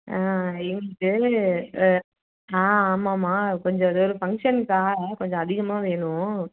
ஆ எங்களுக்கு ஆ ஆமாம்மா கொஞ்சம் அது ஒரு ஃபங்க்ஷனுக்காக கொஞ்சம் அதிகமாக வேணும்